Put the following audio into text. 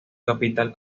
capital